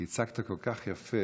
כי הצגת כל כך יפה,